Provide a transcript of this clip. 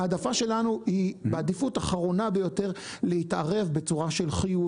העדפה שלנו היא בעדיפות אחרונה ביותר להתערב בצורה של חיוב.